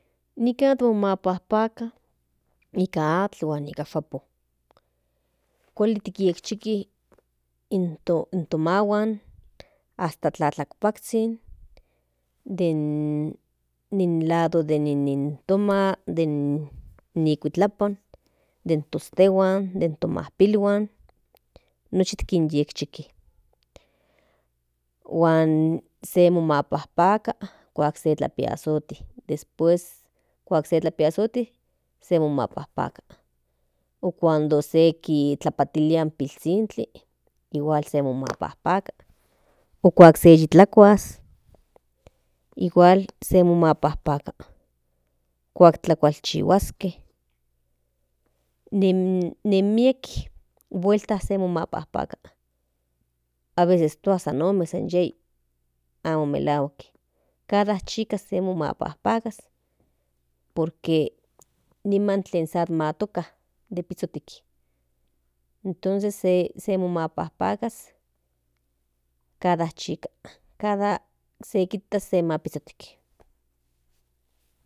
Nikan momapajpaka nika atl huan nikan shapon kuali tikyiekchiki in to mahuan hasta tlatlakpakzhin den lado den to oma den ni kuitlapan den tostehuan den to mapilhuan nochi kinyekchikis han se momapajoaka kuak se piazoti después kuak se tlapiazoti se momapajpaka o cuando se titlapatilia in pinzhinkli igual se momapajpaka o kuak se yi tlakuas igual se momapajpaka kuak tlakualchihuaske nen miek vuelta momapajpaka aveces tua san omo san yei amo melahuak cada chika momapajpaka por que ni man tlen sa toca de pizhutikl entonces se momapajpaka cada chika cada se kijta se manopizhutikl.